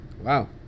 Wow